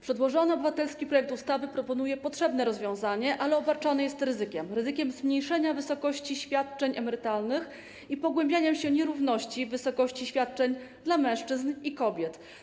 Przedłożony obywatelski projekt ustawy proponuje potrzebne rozwiązanie, ale obarczony jest ryzykiem zmniejszenia wysokości świadczeń emerytalnych i pogłębiania się nierówności w wysokości świadczeń dla mężczyzn i kobiet.